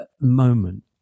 moment